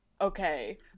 okay